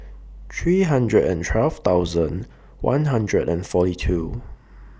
three hundred and twelve thousand one hundred and forty two